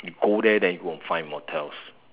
you go there then you go and find motels